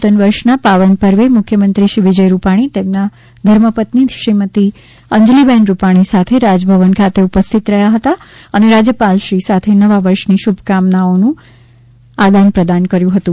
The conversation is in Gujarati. નૂતન વર્ષના પાવન પર્વે મુખ્યમંત્રીશ્રી વિજયભાઇ રૂપાણી તેમના ધર્મપત્ની શ્રીમતી અંજલીબેન રૂપાણી સાથે રાજભવન ખાતે ઉપસ્થિત રહ્યાં હતાં અને રાજ્યપાલશ્રી સાથે નવા વર્ષની શુભકામનાઓનું આદાન પ્રદાન કર્યું હતું